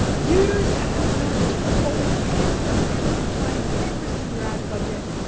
use ads manager. only ten percent of the time, ten percent of your ads budget,